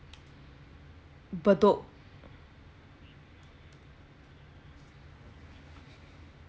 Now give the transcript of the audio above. bedok